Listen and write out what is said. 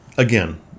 Again